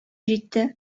җитте